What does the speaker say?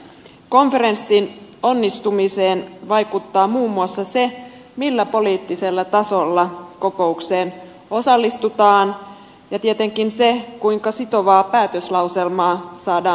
konferenssin onnistumiseen vaikuttaa muun muassa se millä poliittisella tasolla kokoukseen osallistutaan ja tietenkin se kuinka sitova päätöslauselma saadaan aikaan